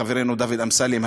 חברנו דוד אמסלם,